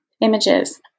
images